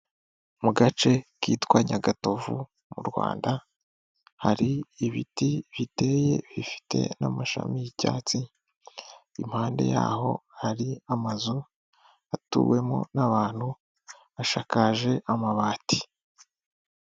Mu gace kitwa Nyagatovu mu Rwanda hari ibiti biteye bifite n'amashami y'icyatsi impande yaho hari amazu atuwemo n'abantu ashakakaje amabati.